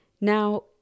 Now